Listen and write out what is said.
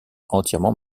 entièrement